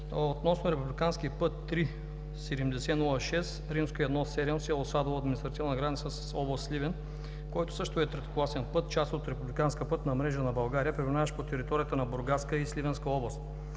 относно Републикански път III-7006 1-7 с. Садово – административна граница с област Сливен, който също е третокласен път, част от Републиканската пътна мрежа на България, преминаващ по територията на Бургаска и Сливенска област.